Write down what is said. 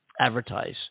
advertise